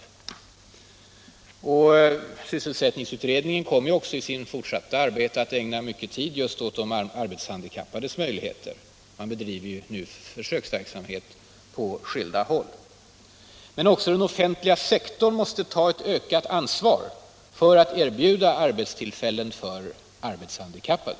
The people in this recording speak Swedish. Samordnad Sysselsättningsutredningen kommer också i sitt fortsatta arbete att ägna = sysselsättnings och mycket tid åt just de arbetshandikappades möjligheter, och man bedriver — regionalpolitik nu försöksverksamhet på skilda håll. Men också den offentliga sektorn måste ta ett ökat ansvar för att erbjuda arbetstillfällen för arbetshandikappade.